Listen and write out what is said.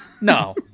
No